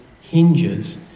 hinges